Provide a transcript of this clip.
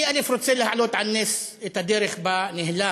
אני רוצה להעלות על נס את הדרך שבה ניהלה